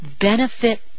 benefit